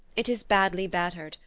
it is badly battered,